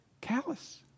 Callous